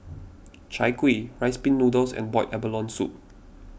Chai Kueh Rice Pin Noodles and Boiled Abalone Soup